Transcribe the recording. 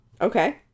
okay